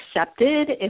accepted